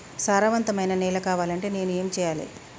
సారవంతమైన నేల కావాలంటే నేను ఏం చెయ్యాలే?